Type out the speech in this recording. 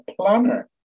planner